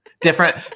different